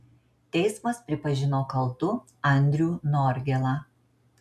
teismas pripažino kaltu andrių norgėlą